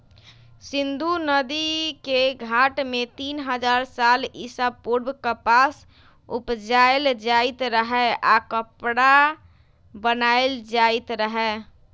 सिंधु नदिके घाट में तीन हजार साल ईसा पूर्व कपास उपजायल जाइत रहै आऽ कपरा बनाएल जाइत रहै